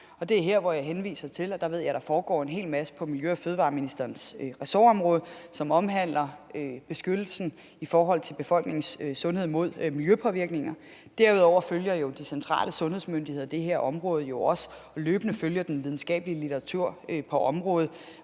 Det er her, jeg henviser til, at jeg ved, der foregår en hel masse på miljø- og fødevareministerens ressortområde, som omhandler beskyttelsen mod miljøpåvirkninger i forhold til befolkningens sundhed. Derudover følger de centrale sundhedsmyndigheder det her område. De følger løbende den videnskabelige litteratur på området,